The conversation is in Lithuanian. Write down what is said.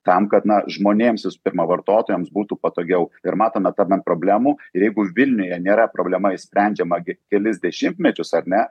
tam kad na žmonėms visų pirma vartotojams būtų patogiau ir matome tame problemų ir jeigu vilniuje nėra problema išsprendžiama kelis dešimtmečius ar ne